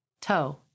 Toe